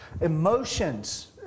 emotions